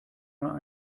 einmal